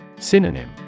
Synonym